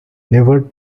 never